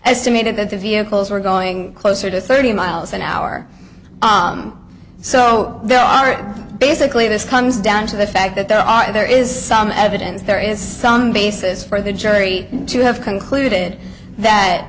me that the vehicles were going closer to thirty miles an hour so there are basically this comes down to the fact that there are there is some evidence there is some basis for the jury to have concluded that